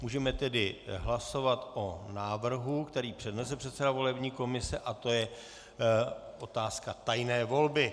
Můžeme tedy hlasovat o návrhu, který přednesl předseda volební komise, a to o otázce tajné volby.